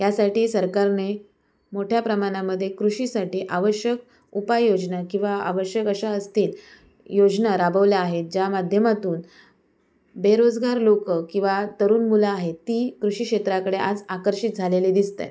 यासाठी सरकारने मोठ्या प्रमाणामध्ये कृषीसाठी आवश्यक उपाययोजना किंवा आवश्यक अशा असतील योजना राबवल्या आहेत ज्या माध्यमातून बेरोजगार लोकं किंवा तरुण मुलं आहेत ती कृषी क्षेत्राकडे आज आकर्षित झालेले दिसत आहेत